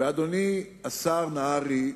אדוני השר נהרי,